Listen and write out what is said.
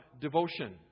devotion